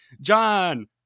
John